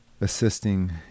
assisting